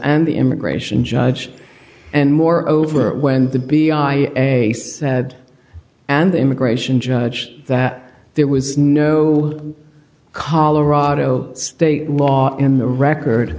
and the immigration judge and moreover when the be a said and the immigration judge that there was no colorado state law in the record